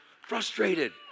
frustrated